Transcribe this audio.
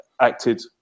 acted